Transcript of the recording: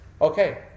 Okay